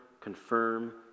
confirm